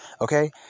Okay